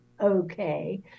okay